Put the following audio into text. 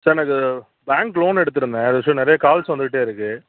sir நான் இது bank loan எடுத்திருந்தேன் அது விஷயமாக நிறையா கால்ஸ் வந்துக்கிட்டேருக்குது